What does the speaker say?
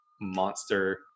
monster